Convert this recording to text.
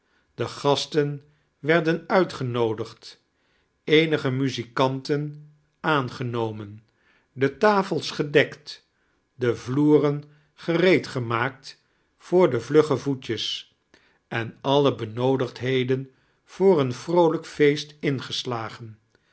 de gasten werden uitgenoodigd eenige muzikanten aangenomen de tafels gedekt de vloeren gereed gemaakt voor de vlugge voetjes en alle benoodigdheden voor een vroolijk feest ingeslagen